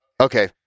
Okay